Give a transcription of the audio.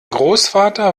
großvater